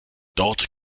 dort